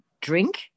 drink